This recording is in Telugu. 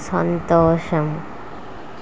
సంతోషం